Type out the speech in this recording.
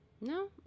No